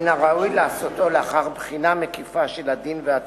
מן הראוי לעשותו לאחר בחינה מקיפה של הדין והצורך.